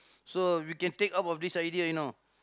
so we can take up of this idea you know